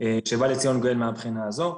שבא לציון גואל מהבחינה הזאת.